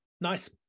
nice